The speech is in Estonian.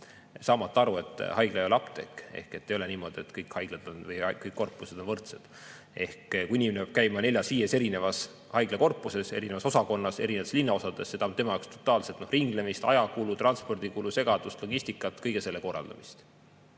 saamata aru, et haigla ei ole apteek, ehk ei ole niimoodi, et kõik haiglad või kõik korpused on võrdsed. Kui inimene peab käima neljas-viies erinevas haiglakorpuses, erinevas osakonnas erinevates linnaosades, siis see tähendab tema jaoks totaalset ringlemist, ajakulu, transpordikulu, segadust, logistikat, kõige selle korraldamist.